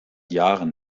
jahren